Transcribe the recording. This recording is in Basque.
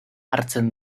hartzen